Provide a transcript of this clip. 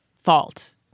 fault